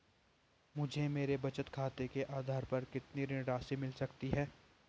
मुझे मेरे बचत खाते के आधार पर कितनी ऋण राशि मिल सकती है?